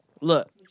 Look